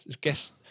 guess